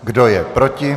Kdo je proti?